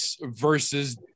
versus